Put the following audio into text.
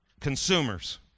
consumers